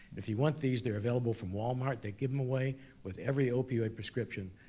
if you want these, they're available from walmart, they give them away with every opioid prescription,